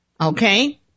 Okay